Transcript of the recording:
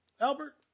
Albert